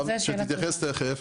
שתתייחס תכף,